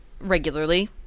regularly